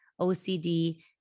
OCD